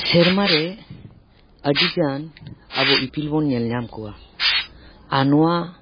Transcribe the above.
ᱥᱮᱨᱢᱟ ᱨᱮ ᱟᱹᱰᱤ ᱜᱟᱱ ᱟᱵᱚ ᱤᱯᱤᱞ ᱵᱚᱱ ᱧᱮᱞ ᱧᱟᱢ ᱠᱚᱣᱟ ᱟᱨ ᱱᱚᱣᱟ